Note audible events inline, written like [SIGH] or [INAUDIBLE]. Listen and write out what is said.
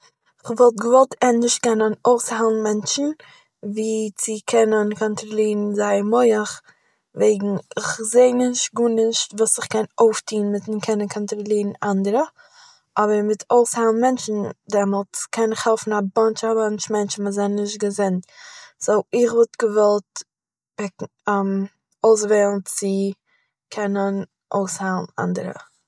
כ'וואלט געוואלט ענדערש קענען אויסהיילן מענטשן, ווי צו קענען קאנטראלירן זייער מוח וועגן איך זעה נישט גארנישט וואס איך קען אויפטוהן מיט'ן קענען קאנטראלירן אנדערע. אבער מיט אויסהיילן מענטשן דעמאלטס קען איך העלפן א באנטש א באנטש מענטשן וואס זענען נישט געזונט. סו, איך וואלט געוואלט [HESITATION] אויסוועלן צו קענען אויסהיילן אנדערע